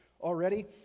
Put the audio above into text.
already